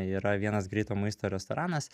yra vienas greito maisto restoranas